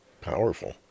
Powerful